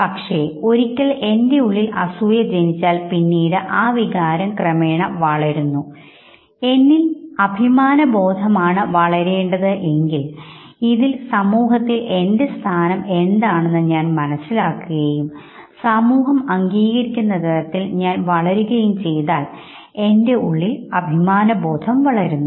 പക്ഷേ ഒരിക്കൽ എൻറെ ഉള്ളിൽ അസൂയ ജനിച്ചാൽ പിന്നീട് ആ വികാരം ക്രമേണ വളരുന്നു ഇനി എന്നിൽ അഭിമാന ബോധമാണ് വളരേണ്ടത് എങ്കിൽ ഇതിൽ സമൂഹത്തിൽ എൻറെ സ്ഥാനം എന്താണെന്ന് ഞാൻ മനസ്സിലാക്കുകയും സമൂഹം അംഗീകരിക്കുന്ന തരത്തിൽ ഞാൻ വളരുകയും ചെയ്താൽ എൻറെ ഉള്ളിൽ അഭിമാനബോധം വളരുന്നു